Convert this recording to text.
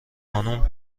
خانم